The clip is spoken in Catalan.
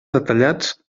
detallats